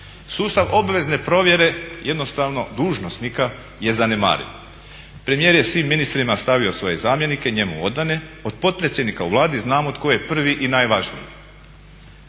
Sustav obvezne provjere jednostavno dužnosnika je zanemariva. Premijer je svim ministrima stavio svoje zamjenike njemu odane. Od potpredsjednika u Vladi znamo tko je prvi i najvažniji.